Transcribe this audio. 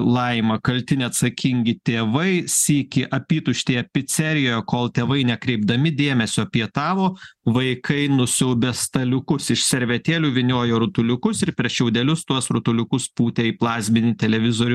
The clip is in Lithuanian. laima kalti neatsakingi tėvai sykį apytuštėje picerijoje kol tėvai nekreipdami dėmesio pietavo vaikai nusiaubė staliukus iš servetėlių vyniojo rutuliukus ir per šiaudelius tuos rutuliukus pūtė į plazminį televizorių